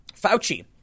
Fauci